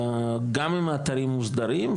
גם אם האתרים מוסדרים,